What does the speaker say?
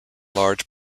large